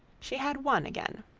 she had one again.